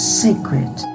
sacred